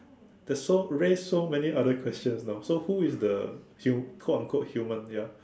that's so raised so many other questions no so who is the hu~ quote unquote human ya